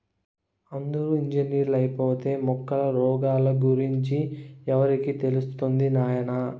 అందరూ ఇంజనీర్లైపోతే మొక్కల రోగాల గురించి ఎవరికి తెలుస్తది నాయనా